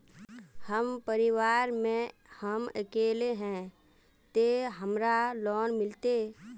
हम परिवार में हम अकेले है ते हमरा लोन मिलते?